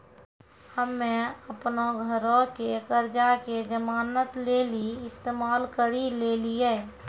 हम्मे अपनो घरो के कर्जा के जमानत लेली इस्तेमाल करि लेलियै